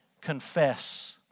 confess